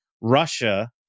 Russia